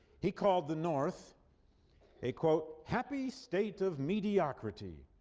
he called the north a, quote, happy state of mediocrity,